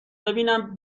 ببینم